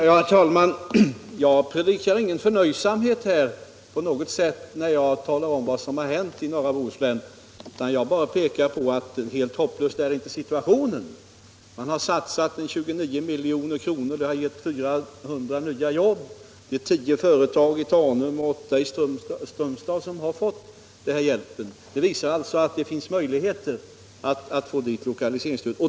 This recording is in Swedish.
Herr talman! Jag predikar ingen förnöjsamhet på något sätt när jag talar om vad som har hänt i norra Bohuslän, utan jag bara pekar på att helt hopplös är inte situationen. Man har satsat 29 milj.kr. och det har gett 400 nya jobb. Tio företag i Tanum och åtta i Strömstad har fått den hjälpen. Det visar alltså att det finns möjligheter att få lokaliseringsstöd.